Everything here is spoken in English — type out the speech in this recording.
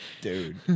Dude